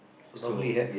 so